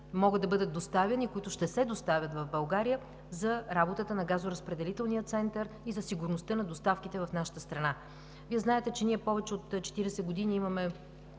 могат да бъдат доставяни и които ще се доставят в България за работата на газоразпределителния център и за сигурността на доставките в нашата страна. Вие знаете, че повече от 40 години имаме